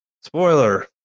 spoiler